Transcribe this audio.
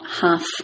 half